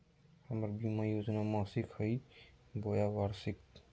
हमर बीमा योजना मासिक हई बोया वार्षिक?